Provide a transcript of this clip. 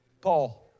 Paul